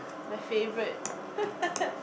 my favourite